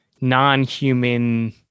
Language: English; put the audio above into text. non-human